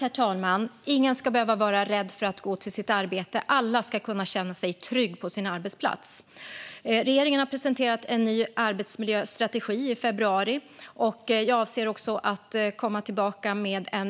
Herr talman! Ingen ska behöva vara rädd för att gå till sitt arbete. Alla ska kunna känna sig trygga på sin arbetsplats. Regeringen presenterade en ny arbetsmiljöstrategi i februari. Jag avser att komma tillbaka med en